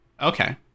Okay